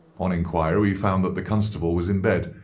on enquiry we found that the constable was in bed,